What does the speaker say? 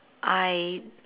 I